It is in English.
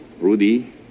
Rudy